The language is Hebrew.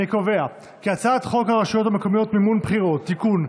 אני קובע כי הצעת חוק הרשויות המקומיות (מימון בחירות) (תיקון,